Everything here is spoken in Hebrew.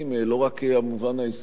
לא רק המובן העסקי,